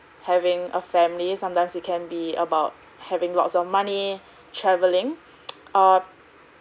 having a family sometimes it can be about having lots of money travelling uh